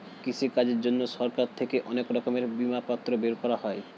কৃষিকাজের জন্যে সরকার থেকে অনেক রকমের বিমাপত্র বের করা হয়